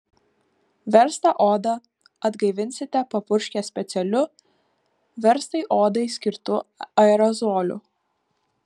verstą odą atgaivinsite papurškę specialiu verstai odai skirtu aerozoliu